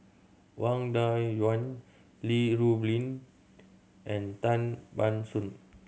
Wang Dayuan Li Rulin and Tan Ban Soon